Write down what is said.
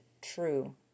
true